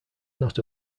not